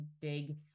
dig